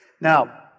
Now